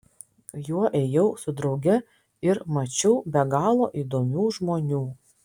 juo ėjau su drauge ir mačiau be galo įdomių žmonių